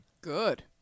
Good